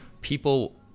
people